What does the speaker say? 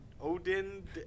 Odin